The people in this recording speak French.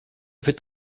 fait